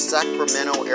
Sacramento